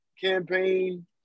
Campaign